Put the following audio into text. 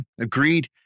agreed